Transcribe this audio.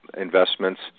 investments